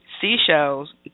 seashells